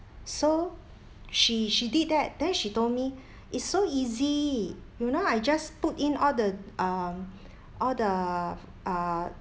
so she she did that then she told me it's so easy you know I just put in all the um all the uh